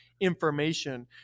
information